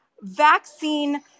vaccine